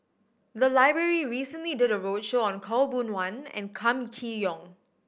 the library recently did a roadshow on Khaw Boon Wan and Kam Kee Yong